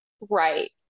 right